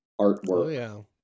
artwork